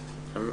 להיות.